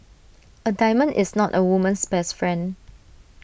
A diamond is not A woman's best friend